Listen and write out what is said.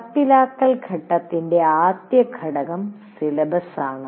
നടപ്പിലാക്കൽ ഘട്ടത്തിന്റെ ആദ്യ ഘടകം സിലബസ് ആണ്